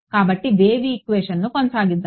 కాబట్టి వేవ్ ఈక్వేషన్ను కొనసాగిద్దాం